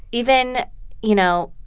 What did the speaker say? even you know,